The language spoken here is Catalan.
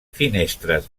finestres